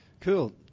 Cool